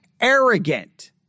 arrogant